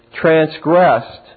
transgressed